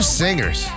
singers